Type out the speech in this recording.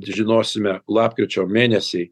žinosime lapkričio mėnesį